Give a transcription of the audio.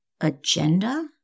agenda